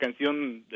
canción